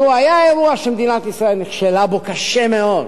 היה אירוע שמדינת ישראל נכשלה בו קשה מאוד.